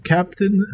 Captain